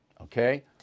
Okay